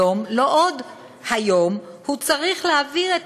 היום, לא עוד.